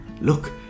Look